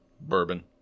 Bourbon